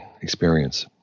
experience